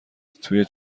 توی